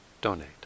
donate